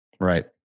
right